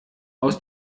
aus